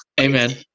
amen